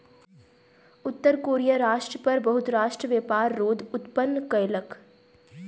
उत्तर कोरिया राष्ट्र पर बहुत राष्ट्र व्यापार रोध उत्पन्न कयलक